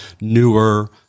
newer